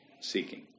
seeking